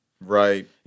Right